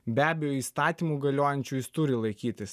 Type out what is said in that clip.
be abejo įstatymų galiojančių jis turi laikytis